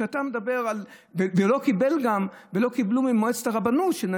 ולא קיבלו ממועצת הרבנות, שאת